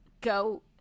go